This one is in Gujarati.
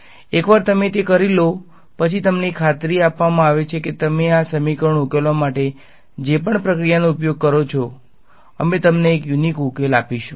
એકવાર તમે તે કરી લો પછી તમને ખાતરી આપવામાં આવે છે કે તમે આ સમીકરણો ઉકેલવા માટે જે પણ પ્રક્રિયાનો ઉપયોગ કરો છો અમે તમને એક યુનીક ઉકેલ આપીશું